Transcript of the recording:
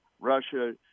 Russia